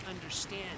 understand